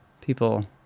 people